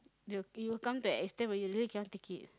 they will you will come to extent where you really can't take it